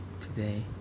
today